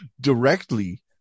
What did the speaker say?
directly